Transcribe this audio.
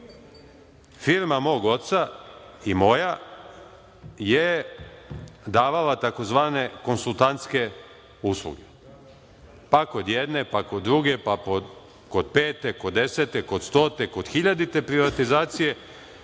firma mog oca i moja je davala tzv. konsultantske usluge. Pa, kod jedne, pa kod druge, kod pete, kod desete, kod stote, kod hiljadite privatizacije.